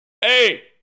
Hey